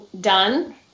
done